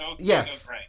yes